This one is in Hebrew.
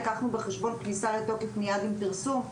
יהיה מיד עם הפרסום.